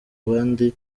abandi